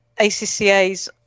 ACCA's